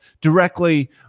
directly